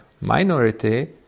minority